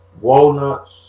walnuts